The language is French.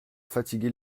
fatiguer